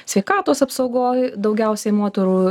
sveikatos apsaugoj daugiausiai moterų